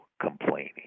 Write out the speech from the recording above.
complaining